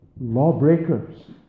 lawbreakers